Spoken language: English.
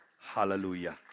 Hallelujah